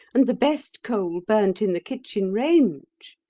and the best coal burnt in the kitchen range.